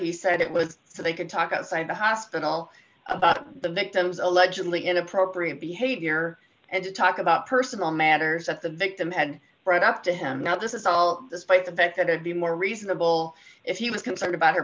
he said it was so they could talk outside the hospital about the victim's allegedly inappropriate behavior and to talk about personal matters that the victim had brought up to him now this is all despite the fact that i would be more reasonable if he was concerned about her